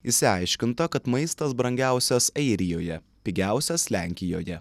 išsiaiškinta kad maistas brangiausias airijoje pigiausias lenkijoje